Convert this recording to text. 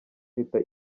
leta